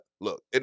look